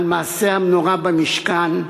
על מעשה המנורה במשכן,